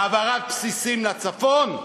העברת בסיסים לצפון?